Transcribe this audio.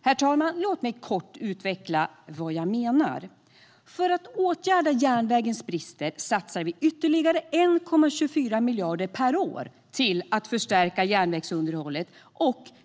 Herr talman! Låt mig kort utveckla vad jag menar. För att åtgärda järnvägens brister satsar vi ytterligare 1,24 miljarder per år på att förstärka järnvägsunderhållet.